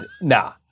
nah